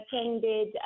attended